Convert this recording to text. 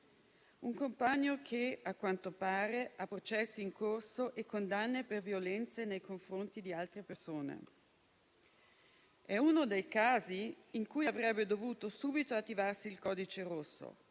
Un compagno che, a quanto pare, ha processi in corso e condanne per violenze nei confronti di altre persone. È uno dei casi in cui avrebbe dovuto attivarsi subito il codice rosso,